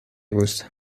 gusta